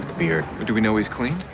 beard do we know he's clean?